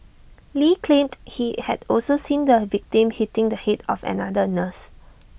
lee claimed he had also seen the victim hitting the Head of another nurse